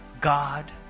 God